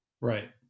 Right